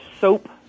Soap